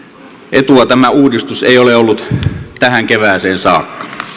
etu tämä uudistus ei ole ollut tähän kevääseen saakka